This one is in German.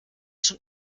schon